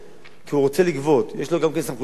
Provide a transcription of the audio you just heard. כי הוא רוצה לגבות, ויש לו גם סמכויות לגבות.